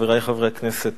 חברי חברי הכנסת,